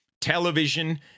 Television